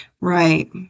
Right